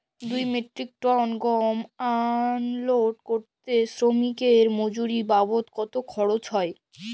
দুই metric ton গম unload করতে শ্রমিক এর মজুরি বাবদ কত খরচ হয়?